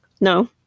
No